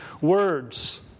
words